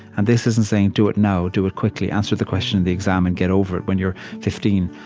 and this isn't saying, do it now. do it quickly. answer the question, the exam, and get over it when you're fifteen.